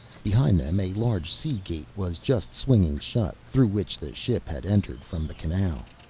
behind them a large sea gate was just swinging shut, through which the ship had entered from the canal.